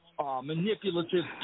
manipulative